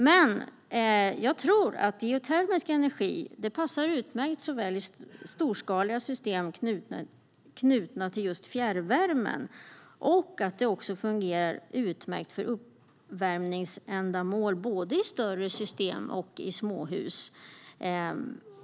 Men jag tror att geotermisk energi passar utmärkt i storskaliga system knutna till fjärrvärme och fungerar utmärkt för uppvärmningsändamål både i större system och i småhus.